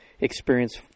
experience